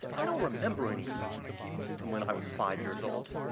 said, i don't remember anything from when i was five years old.